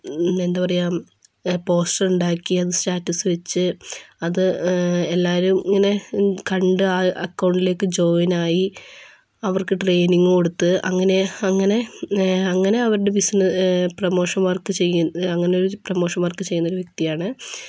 എന്താ പറയുക പോസ്റ്റ് ഉണ്ടാക്കി അത് സ്റ്റാറ്റസ് വച്ച് അത് എല്ലാവരും ഇങ്ങനെ കണ്ട് ആ അക്കൌണ്ടിലേയ്ക്ക് ജോയിൻ ആയി അവർക്ക് ട്രയിനിംഗ് കൊടുത്ത് അങ്ങനെ അങ്ങനെ അങ്ങനെ അവരുടെ പ്രൊമോഷൻ വർക്ക് അങ്ങനൊരു പ്രൊമോഷൻ വർക്ക് ചെയ്യുന്നൊരു വ്യക്തിയാണ്